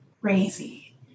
crazy